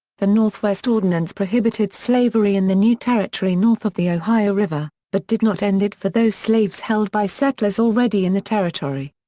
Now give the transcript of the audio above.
the northwest ordinance prohibited slavery in the new territory north of the ohio river, but did not end it for those slaves held by settlers already in the territory.